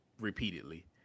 repeatedly